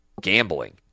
gambling